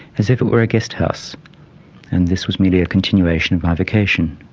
as if it were a guesthouse and this was merely a continuation of my vacation.